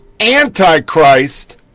antichrist